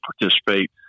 participate